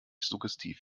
suggestiv